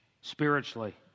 spiritually